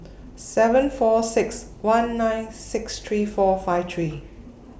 seven four six one nine six three four five three